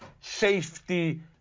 safety